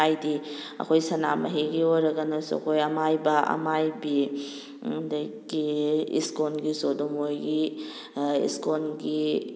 ꯍꯥꯏꯗꯤ ꯑꯩꯈꯣꯏ ꯁꯅꯥꯃꯍꯤꯒꯤ ꯑꯣꯏꯔꯒꯅꯁꯨ ꯑꯩꯈꯣꯏ ꯑꯃꯥꯏꯕ ꯑꯃꯥꯏꯕꯤ ꯑꯗꯒꯤ ꯏꯁꯀꯣꯟꯒꯤꯁꯨ ꯑꯗꯨꯝ ꯃꯣꯏꯒꯤ ꯏꯁꯀꯣꯟꯒꯤ